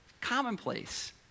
commonplace